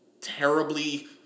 terribly